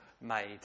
made